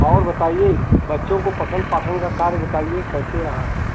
और बताइए बच्चों को पठल पाठन का कार्य बताइए कैसे रहा है